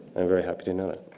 i'm very happy to know that.